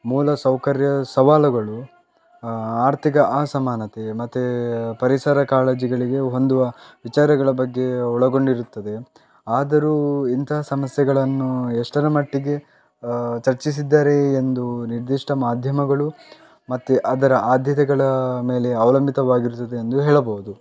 ಮೂಲಸೌಕರ್ಯ ಸವಾಲುಗಳು ಆರ್ಥಿಕ ಅಸಮಾನತೆ ಮತ್ತು ಪರಿಸರ ಕಾಳಜಿಗಳಿಗೆ ಹೊಂದುವ ವಿಚಾರಗಳ ಬಗ್ಗೆ ಒಳಗೊಂಡಿರುತ್ತದೆ ಆದರೂ ಇಂತಹ ಸಮಸ್ಯೆಗಳನ್ನು ಎಷ್ಟರ ಮಟ್ಟಿಗೆ ಚರ್ಚಿಸಿದ್ದಾರೆ ಎಂದು ನಿರ್ದಿಷ್ಟ ಮಾಧ್ಯಮಗಳು ಮತ್ತು ಅದರ ಆದ್ಯತೆಗಳ ಮೇಲೆ ಅವಲಂಬಿತವಾಗಿರುತ್ತದೆ ಎಂದು ಹೇಳಬಹುದು